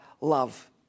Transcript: love